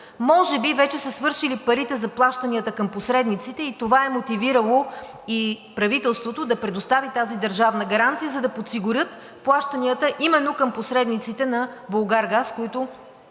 Може би вече са свършили парите за плащанията към посредниците и това е мотивирало правителството да предостави тази държавна гаранция, за да подсигурят плащанията именно към посредниците на „Булгаргаз“, които